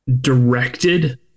directed